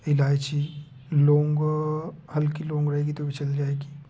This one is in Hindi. इलाइची लौंग हल्की लौंग रहेगी तो भी चल जाएगी